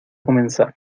comenzar